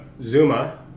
Zuma